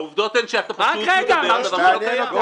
העובדות הן שאתה פשוט מדבר דבר שלא קיים.